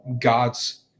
God's